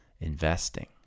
investing